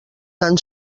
tan